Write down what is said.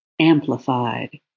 amplified